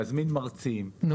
להזמין מרצים,